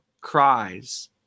cries